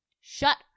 Shut